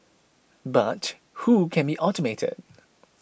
but who can be automated